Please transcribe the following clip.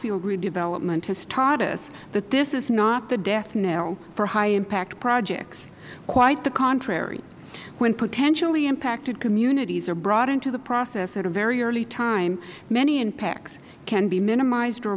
redevelopment has taught us that this is not the death knell for high impact projects quite the contrary when potentially impacted communities are brought into the process at a very early time many impacts can be minimized or